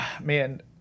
man